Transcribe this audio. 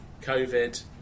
COVID